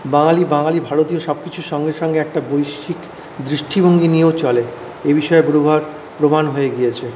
বাঙালি বাঙালি ভারতীয় সব কিছুর সঙ্গে সঙ্গে একটা বৈশ্যিক দৃষ্টিভঙ্গি নিয়েও চলে এই বিষয় বহুবার প্রমাণ হয়ে গিয়েছে